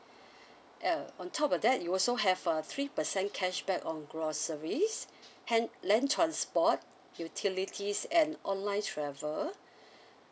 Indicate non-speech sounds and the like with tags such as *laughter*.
*breath* uh on top of that you also have a three percent cashback on groceries hand land transport utilities and online travel